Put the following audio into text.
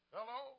Hello